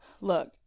look